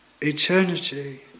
eternity